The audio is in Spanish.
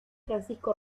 francisco